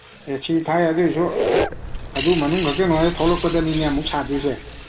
ꯑꯦ C ꯊꯥꯏ ꯑꯗꯨꯏꯁꯨ ꯑꯗꯨ ꯃꯅꯨꯡꯈꯛꯇꯪ ꯅꯨꯡꯉꯥꯏꯔ ꯊꯣꯛꯂꯛꯄꯗꯅꯤꯅꯦ ꯑꯃꯨꯛ ꯁꯥꯗꯣꯏꯁꯦ